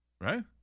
Right